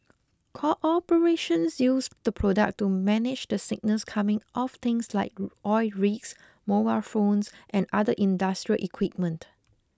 corporations use the product to manage the signals coming off things like oil rigs mobile phones and other industrial equipment